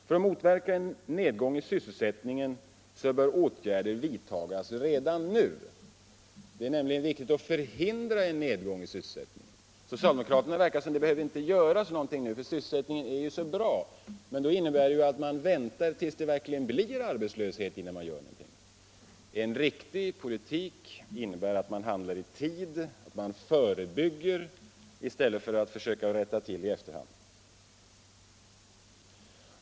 För att motverka en nedgång i sysselsättningen bör åtgärder vidtas redan nu. Det är nämligen viktigt att förhindra en nedgång i sysselsättningen. Enligt socialdemokraterna behöver ingenting göras, för sysselsättningen är så bra. Men det innebär att man väntar tills det blir arbetslöshet innan man gör någonting. En riktig politik innebär att man handlar i tid och förebygger i stället för att rätta till i efterhand.